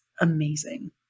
amazing